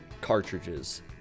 cartridges